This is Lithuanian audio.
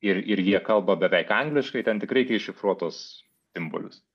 ir ir jie kalba beveik angliškai ten tik reikia iššifruot tuos simbolius